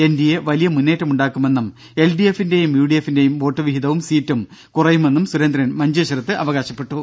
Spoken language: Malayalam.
എൻഡിഎ വലിയ മുന്നേറ്റമുണ്ടാക്കുമെന്നും എൽഡിഎഫ് ന്റെയും യുഡിഎഫ് ന്റെയും വോട്ടു വിഹിതവും സീറ്റും കുറയുമെന്നും സുരേന്ദ്രൻ മഞ്ചേശ്വരത്ത് അവകാശപ്പെട്ടു